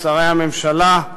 שרי הממשלה,